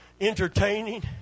Entertaining